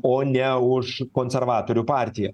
o ne už konservatorių partiją